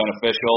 beneficial